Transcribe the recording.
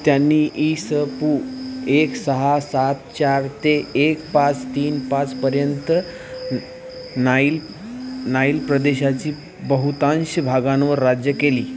त्यांनी ईसपू एक सहा सात चार ते एक पाच तीन पाचपर्यंत नाईल नाईल प्रदेशाची बहुतांश भागांवर राज्य केली